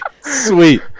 Sweet